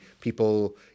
people